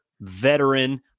veteran